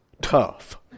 tough